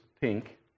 pink